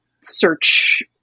search